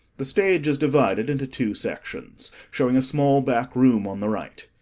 the stage is divided into two sections, showing a small back room on the right.